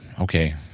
Okay